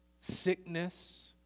sickness